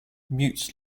mutes